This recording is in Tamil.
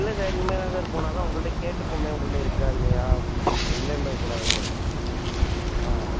இல்லை சார் இனிமேல் தான் சார் போகணும் அதுதான் உங்கள்கிட்ட கேட்டுப்போமே உங்கள்கிட்ட இருக்கா இல்லையா அப்படி இல்லைன்றேன்கூடாதுங்கிறதுக் ஆ